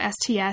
STS